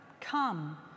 come